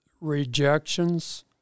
rejections